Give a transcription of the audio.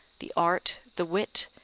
the art, the wit,